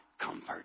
comfort